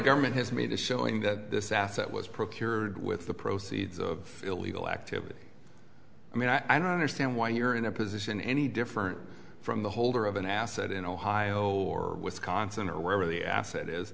government has made a showing that this asset was procured with the proceeds of illegal activity i mean i don't understand why you're in a position any different from the holder of an asset in ohio or wisconsin or wherever the asset